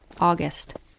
August